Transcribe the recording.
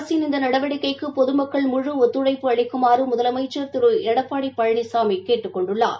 அரசின் இந்த நடவடிக்கைக்கு பொதுமக்கள் முழு ஒத்துழைப்பு அளிக்குமாறு முதலமைச்சா் திரு எடப்பாடி பழனிசாமி கேட்டுக் கொண்டுள்ளார்